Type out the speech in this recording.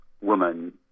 woman